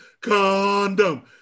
Condom